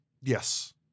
Yes